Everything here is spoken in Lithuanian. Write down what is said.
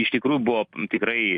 iš tikrų buvo tikrai